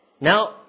Now